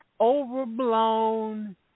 overblown